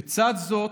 לצד זאת,